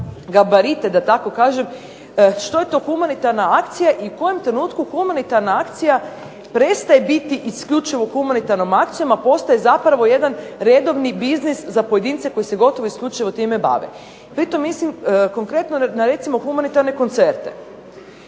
gabarite da tako kažem što je to humanitarna akcija i u kojem trenutku humanitarna akcija prestaje biti isključivo humanitarnom akcijom, a postaje zapravo jedan redovni biznis za pojedince koji se gotovo i isključivo time bave. Pritom mislim konkretno na recimo humanitarne koncerte